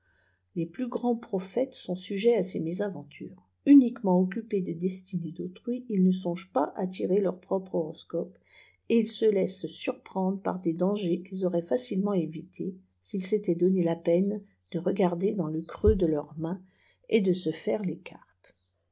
les plus grands prophètes sont sujets à ces mésaventures uniquement occupés des destinées dautrui ils ne songent pas à tirer leur propre horoscope et ils se laissent surprendre par des dangers qu'ils auraient facilement évités s'ils s'étaient donné la peine de regarder dans le creux de leur main et de se faire les cartes